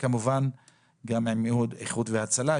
כמובן שגם לאיחוד הצלה,